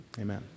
amen